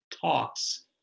talks